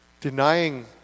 denying